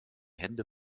hände